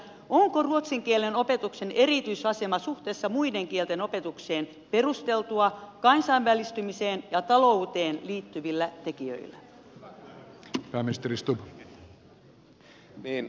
onko ruotsin kielen opetuksen erityisasema suhteessa muiden kielten opetukseen perusteltua kansainvälistymiseen ja talouteen liittyvillä tekijöillä